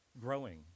growing